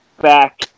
Back